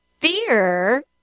fear